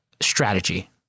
strategy